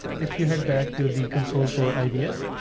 if you head back to the console for ivs,